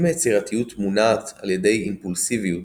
אם היצירתיות מונעת על ידי אימפולסיביות,